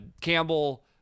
Campbell